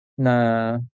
na